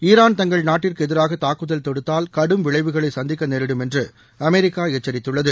Iran தங்கள் நாட்டுக்கு எதிராக தாக்குதல் தொடுத்தால் கடும் விளைவுகளை சந்திக்க நேரிடும் என்று அமெரிக்கா எச்சரித்துள்ளது